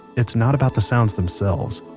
it's not about the sounds themselves